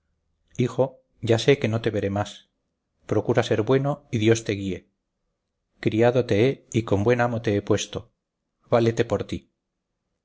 hijo ya sé que no te veré más procura ser bueno y dios te guíe criado te he y con buen amo te he puesto válete por ti